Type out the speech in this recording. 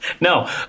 no